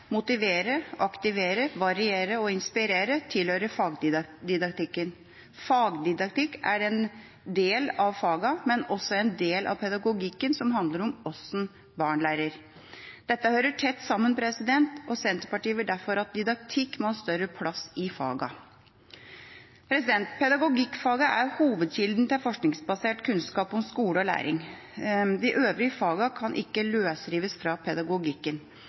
motivere, aktivere, variere og inspirere tilhører fagdidaktikken. Fagdidaktikk er en del av fagene, men også en del av pedagogikken som handler om hvordan barn lærer. Dette hører tett sammen. Senterpartiet vil derfor at didaktikk må ha større plass i fagene. Pedagogikkfaget er hovedkilden til forskningsbasert kunnskap om skole og læring. De øvrige fagene kan ikke løsrives fra pedagogikken.